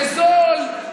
לזול,